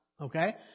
Okay